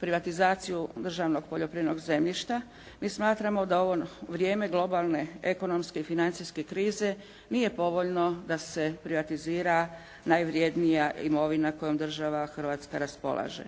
privatizaciju državnog poljoprivrednog zemljišta. Mi smatramo da vrijeme globalne ekonomske i financijske krize nije povoljno da se privatizira najvrijednija imovina kojom država Hrvatska raspolaže.